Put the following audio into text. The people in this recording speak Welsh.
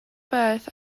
beth